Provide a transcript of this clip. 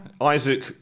isaac